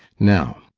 now,